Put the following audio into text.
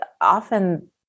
often